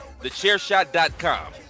TheChairShot.com